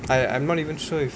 I I'm not even sure if